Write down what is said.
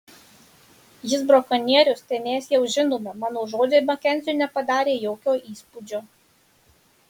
jis brakonierius tai mes jau žinome mano žodžiai makenziui nepadarė jokio įspūdžio